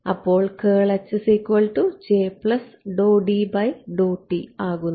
അപ്പോൾ ആകുന്നു